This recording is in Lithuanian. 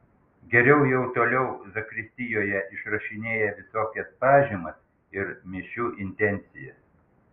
geriau jau toliau zakristijoje išrašinėja visokias pažymas ir mišių intencijas